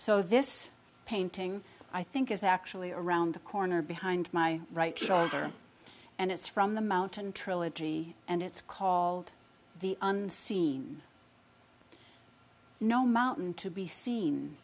so this painting i think is actually around the corner behind my right shoulder and it's from the mountain trilogy and it's called the unseen no mountain to be seen